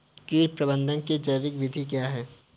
कीट प्रबंधक की जैविक विधि क्या है?